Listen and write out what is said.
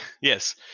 Yes